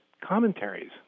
commentaries